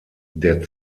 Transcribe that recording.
der